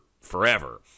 forever